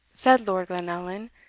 said lord glenallan,